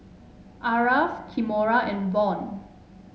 Aarav Kimora and Von